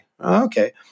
Okay